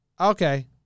okay